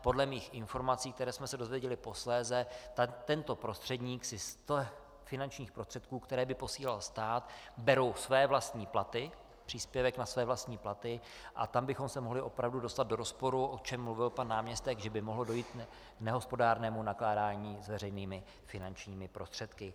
Podle mých informací, které jsme se dozvěděli posléze, si tento prostředník z těchto finančních prostředků, které by posílal stát, bere příspěvek na své vlastní platy, a tam bychom se mohli opravdu dostat do rozporu, o čem mluvil pan náměstek, že by mohlo dojít k nehospodárnému nakládání s veřejnými finančními prostředky.